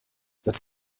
das